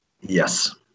Yes